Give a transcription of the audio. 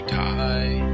die